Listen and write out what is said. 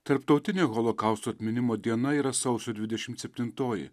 tarptautinė holokausto atminimo diena yra sausio dvidešimt septintoji